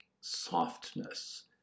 softness